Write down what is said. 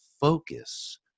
focus